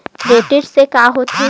Credit से का होथे?